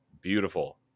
beautiful